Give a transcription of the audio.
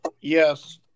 yes